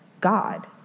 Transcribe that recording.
God